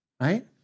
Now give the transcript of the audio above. right